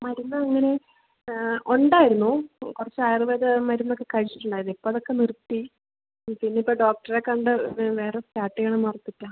മരുന്ന് അങ്ങനെ ഉണ്ടായിരുന്നു കുറച്ച് ആയുർവേദ മരുന്നൊക്കെ കഴിച്ചിട്ടുണ്ടായിരുന്നു ഇപ്പോൾ അതൊക്കെ നിർത്തി പിന്നെ ഇപ്പോൾ ഡോക്ടറെ കണ്ട് വേറെ സ്റ്റാർട്ട് ചെയ്യണം ഓർത്തിട്ടാ